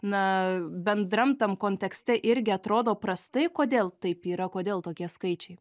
na bendram tam kontekste irgi atrodo prastai kodėl taip yra kodėl tokie skaičiai